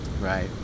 right